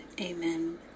Amen